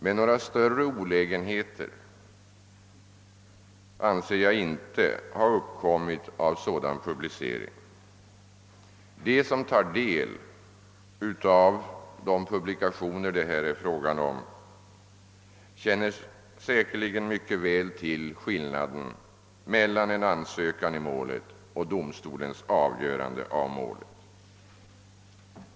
Men några större olägenheter anser jag inte har uppkommit av sådan publicering. De som tar del av de publikationer det här är fråga om känner säkerligen mycket väl till skillnaden mellan en ansökan i målet och ett domstolsavgörande.